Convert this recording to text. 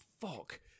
fuck